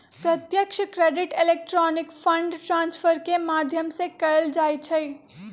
प्रत्यक्ष credit electronic fund transfer के माध्यम से कएल जाइ छइ